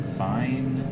fine